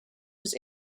was